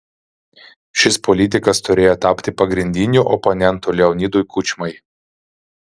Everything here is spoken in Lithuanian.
šis politikas turėjo tapti pagrindiniu oponentu leonidui kučmai